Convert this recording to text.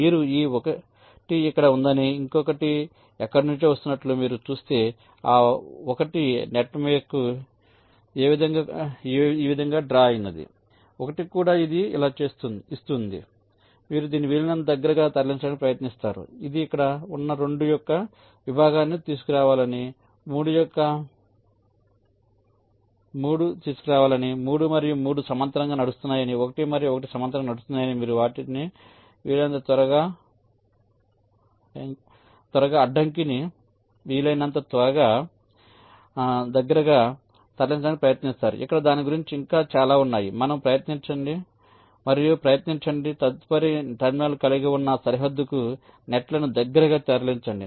మీకు ఈ 1 ఇక్కడ ఉందని ఇంకొకటి ఎక్కడి నుంచో వస్తున్నట్లు మీరు చూస్తే ఈ 1 నెట్ మీకు ఈ విధంగా డ్రా అయినది 1 కూడా ఇది ఇలా వస్తోంది మీరు దీన్ని వీలైనంత దగ్గరగా తరలించడానికి ప్రయత్నిస్తారు ఇది ఇక్కడ ఉన్న 2 యొక్క విభాగాలకు తీసుకురావాలని 3 మరియు 3 సమాంతరంగా నడుస్తున్నాయని 1 మరియు 1 సమాంతరంగా నడుస్తున్నాయని మీరు వాటిని వీలైనంత దగ్గరగా తరలించడానికి ప్రయత్నిస్తారు ఇక్కడ దాని గురించి ఇంకా చాలా ఉన్నాయి మరియు ప్రయత్నించండి తదుపరి టెర్మినల్ కలిగి ఉన్న సరిహద్దుకు నెట్ లను దగ్గరగా తరలించండి